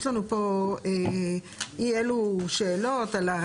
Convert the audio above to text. יש לנו פה אי אילו שאלות על,